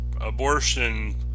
abortion